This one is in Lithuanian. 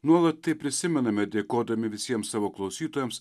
nuolat tai prisimename dėkodami visiems savo klausytojams